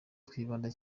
twibanda